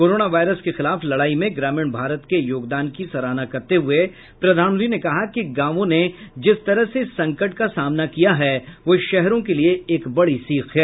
corona virus के खिलाफ लड़ाई में ग्रामीण भारत के योगदान की सराहना करते हुए प्रधानमंत्री ने कहा कि गांवों ने जिस तरह से इस संकट का सामना किया है वह शहरों के लिए एक बड़ी सीख है